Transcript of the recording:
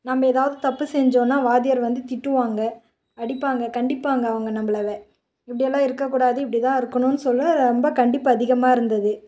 நம்ப ஏதாவது தப்பு செஞ்சோன்னால் வாத்தியார் வந்து திட்டுவாங்க அடிப்பாங்க கண்டிப்பாங்க அவங்க நம்பளை வெ இப்படியெல்லாம் இருக்கக்கூடாது இப்படிதான் இருக்கணுன்னு சொல்ல ரொம்ப கண்டிப்பு அதிகமாக இருந்தது